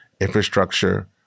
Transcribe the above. infrastructure